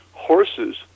horses